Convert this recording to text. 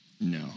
no